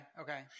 Okay